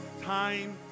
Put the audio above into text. Time